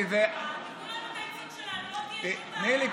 תנו לנו את הייצוג שלנו, לא תהיה שום בעיה.